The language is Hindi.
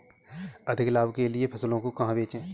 अधिक लाभ के लिए फसलों को कहाँ बेचें?